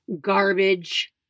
garbage